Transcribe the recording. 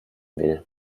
will